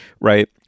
right